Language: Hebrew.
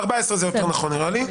14 זה יותר נכון נראה לי,